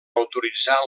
autoritzar